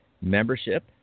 membership